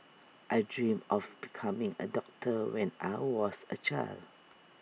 I dreamt of becoming A doctor when I was A child